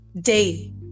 day